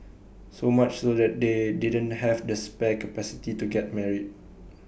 so much so that they didn't have the spare capacity to get married